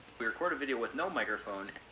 we record a video with no microphone.